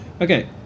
Okay